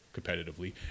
competitively